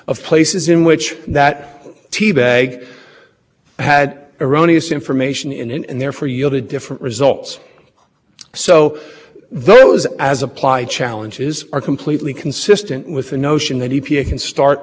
allowance price because it's so much cheaper to run the power there and that state's going to emit more pollutants or the state which has a twenty three hundred dollar a tonne burden if it bought you know its own allowances